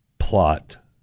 Plot